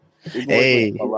Hey